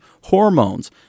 hormones